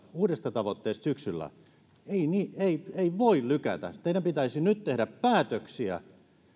uudesta tavoitteesta syksyllä ei ei sitä voi lykätä teidän pitäisi nyt tehdä päätöksiä